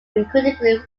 critically